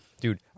Dude